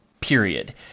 period